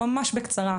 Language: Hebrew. ממש בקצרה,